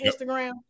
Instagram